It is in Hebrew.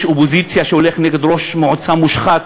איש אופוזיציה שהולך נגד ראש מועצה מושחת,